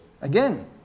Again